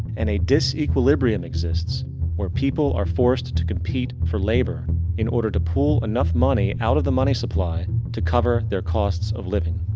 and a disequilibrium exists where people are forced to compete for labor in order to pull enough money out of the money supply to cover their costs of living.